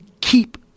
keep